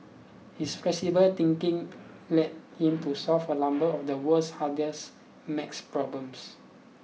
his flexible thinking led him to solve a number of the world's hardest maths problems